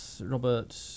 Robert